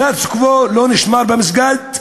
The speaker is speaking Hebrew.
הסטטוס-קוו לא נשמר במסגד.